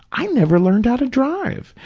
i never learned how to drive.